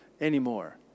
anymore